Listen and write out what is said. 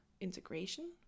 integration